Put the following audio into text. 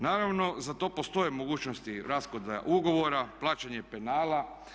Naravno, za to postoje mogućnosti raskida ugovora, plaćanje penala.